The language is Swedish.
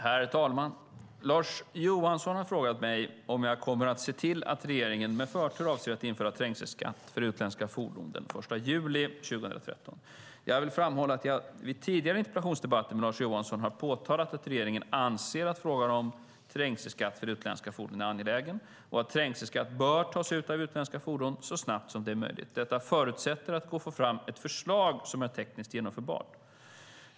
Herr talman! Lars Johansson har frågat mig om jag kommer att se till att regeringen med förtur avser att införa trängselskatt för utländska fordon den 1 juli 2013. Jag vill framhålla att jag, vid tidigare interpellationsdebatter med Lars Johansson, har påtalat att regeringen anser att frågan om trängselskatt för utländska fordon är angelägen och att trängselskatt bör tas ut av utländska fordon så snabbt som det är möjligt. Detta förutsätter att det går att få fram ett förslag som är tekniskt genomförbart.